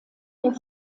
der